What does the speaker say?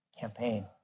campaign